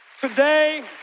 Today